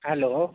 hello